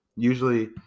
Usually